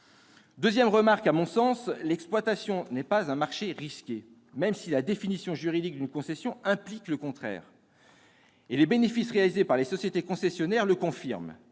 deuxième remarque : à mon sens, l'exploitation des autoroutes n'est pas un marché risqué, même si la définition juridique d'une concession implique le contraire. Les bénéfices réalisés par les sociétés concessionnaires le confirment